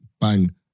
bang